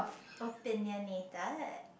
opinionated